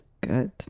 Good